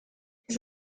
his